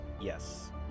Yes